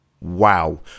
Wow